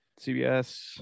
CBS